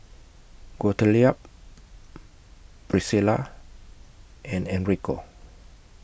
Gottlieb Priscilla and Enrico